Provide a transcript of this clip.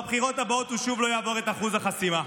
בבחירות הבאות הוא שוב לא יעבור את אחוז החסימה.